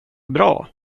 bra